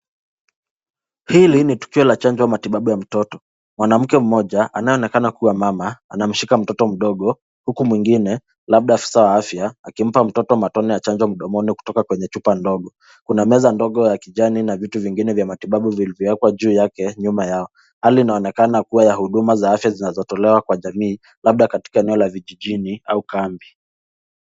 Hili ni tukio la chanjo au matibabu ya mtoto. Mwanamke mmoja anayeonekana kuwa mama anamshika mtoto mdogo huku mwingine labda afisa wa afya akimpa mtoto matone ya chanjo mudomoni kutoka kwenye chupa ndogo. Kuna meza ndogo ya kijani na vitu vingine vya matibabu vilivyokwa juu yake nyuma yao. Hali inaonekana kuwa ya huduma za afya zinazotolewa kwa jamii labda katika eneo la vijijini au kambi.